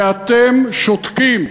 ואתם שותקים,